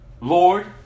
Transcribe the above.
Lord